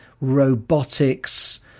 robotics